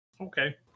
Okay